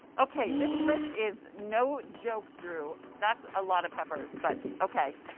okay, this list is no joke, drew. that's a lot of peppers, but okay.